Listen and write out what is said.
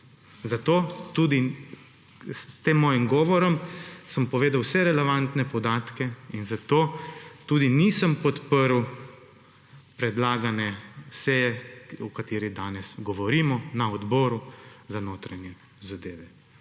Zato tudi s tem mojim govorom sem povedal vse relevantne podatke in zato tudi nisem podprl predlagane seje, o kateri danes govorimo, na Odboru za notranje